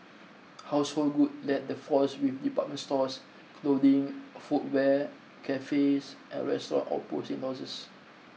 household goods led the falls with department stores clothing footwear cafes and restaurants all posting losses